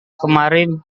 kemarin